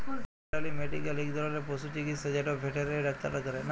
veterinary medical ইক ধরলের পশু চিকিচ্ছা যেট ভেটেলারি ডাক্তাররা ক্যরে